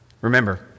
Remember